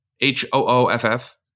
H-O-O-F-F